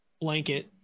blanket